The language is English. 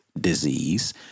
disease